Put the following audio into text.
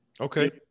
okay